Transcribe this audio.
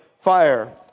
fire